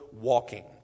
walking